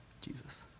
Jesus